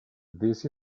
this